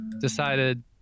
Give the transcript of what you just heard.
decided